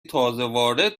تازهوارد